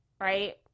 right